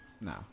No